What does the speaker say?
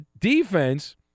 defense